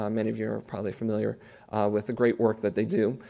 um many of you are probably familiar with the great work that they do.